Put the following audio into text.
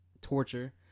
torture